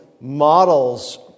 models